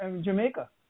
Jamaica